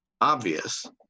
obvious